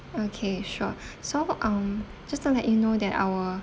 okay sure so um just to let you know that our